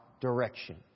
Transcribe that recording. direction